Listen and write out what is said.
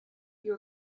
your